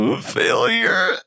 Failure